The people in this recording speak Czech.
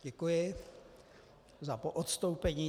Děkuji za poodstoupení.